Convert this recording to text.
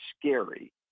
scary